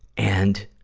and